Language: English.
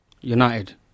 United